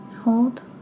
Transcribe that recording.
hold